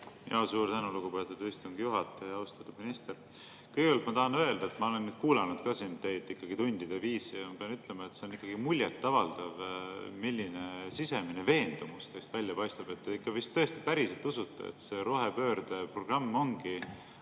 palun! Suur tänu, lugupeetud istungi juhataja! Austatud minister! Kõigepealt ma tahan öelda, et ma olen kuulanud teid tundide viisi, ja pean ütlema, et see on ikkagi muljet avaldav, milline sisemine veendumus teist välja paistab. Te ikka vist tõesti päriselt usute, et see rohepöördeprogramm ongi